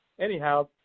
anyhow